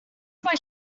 mae